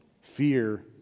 fear